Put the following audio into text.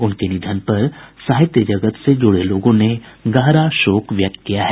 उनके निधन पर साहित्य जगत से जुड़े लोगों ने गहरा शोक व्यक्त किया है